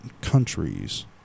countries